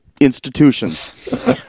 institutions